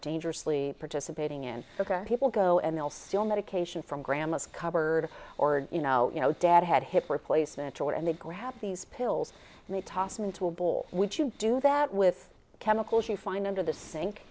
dangerously participating in ok people go and they'll still medication from grandma's cupboard or you know you know dad had hip replacement or and they grap these pills and they toss them into a bowl which you do that with chemicals you find under the sink